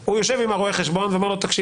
הוא יושב עם רואה החשבון והוא אומר לו: מפקח יקר,